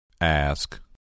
Ask